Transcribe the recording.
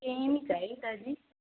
same ਹੀ ਚਾਹੀਦਾ ਜੀ